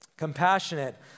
compassionate